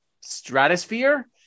stratosphere